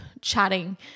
chatting